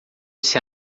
esse